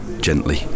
gently